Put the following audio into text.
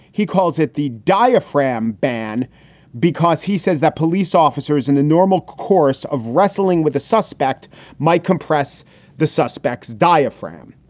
he calls it the diaphragm ban because he says that police officers in the normal course of wrestling with a suspect might compress the suspect's diaphragm.